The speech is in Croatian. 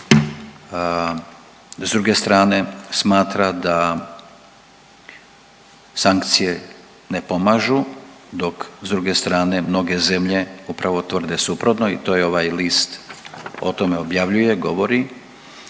s druge strane smatra da sankcije ne pomažu, dok s druge strane mnoge zemlje upravo tvrde suprotno i to je ovaj list, o tome objavljuje i govori